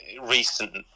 recent